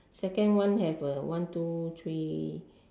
second one have a one two three